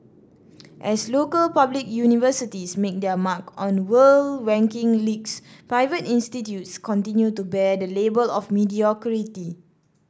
as local public universities make their mark on world ranking leagues private institutes continue to bear the label of mediocrity